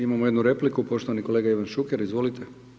Imamo jednu repliku, poštovani kolega Ivan Šuker, izvolite.